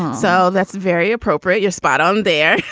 so that's very appropriate. you're spot on there.